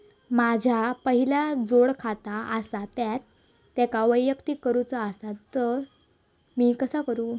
माझा पहिला जोडखाता आसा त्याका वैयक्तिक करूचा असा ता मी कसा करू?